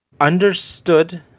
understood